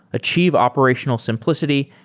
achieve operational simplicity,